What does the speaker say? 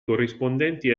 corrispondenti